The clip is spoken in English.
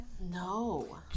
No